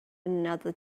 another